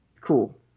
Cool